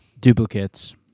duplicates